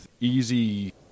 easy